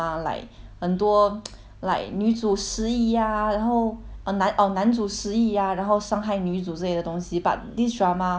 like 女主失忆 ah 然后 or 男 or 男主失忆 ah 然后伤害女主这类的东西 but this drama 好像是虐男的